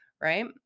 right